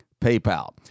PayPal